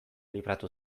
libratu